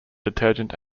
detergent